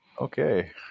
Okay